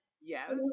Yes